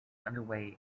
underway